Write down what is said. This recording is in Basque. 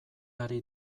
ari